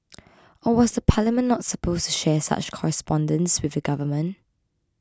or was the Parliament not supposed to share such correspondences with the government